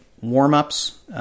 warm-ups